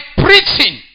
preaching